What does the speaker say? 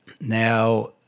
now